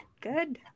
good